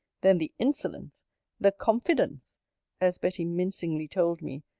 then the insolence the confidence as betty mincingly told me,